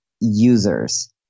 users